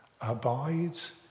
abides